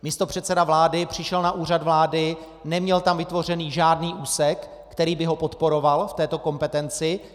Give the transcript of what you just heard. Místopředseda vlády přišel na Úřad vlády, neměl tam vytvořený žádný úsek, který by ho podporoval v této kompetenci.